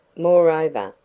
moreover,